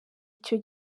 icyo